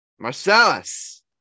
Marcellus